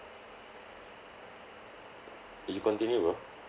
you continue bro